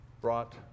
brought